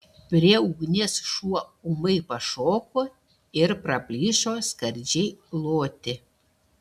prie ugnies šuo ūmai pašoko ir praplyšo skardžiai loti